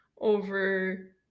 over